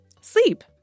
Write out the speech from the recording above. Sleep